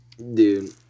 Dude